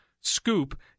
SCOOP